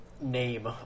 name